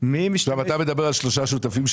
מי משתתף --- אתה מדבר עכשיו על שלושה שותפים,